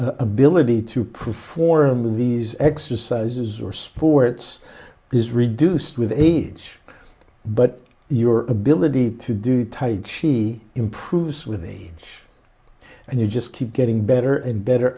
ability to perform these exercises or sports is reduced with age but your ability to do tight she improves with age and you just keep getting better and better